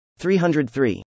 303